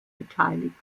beteiligt